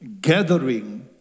gathering